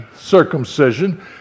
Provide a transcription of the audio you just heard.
circumcision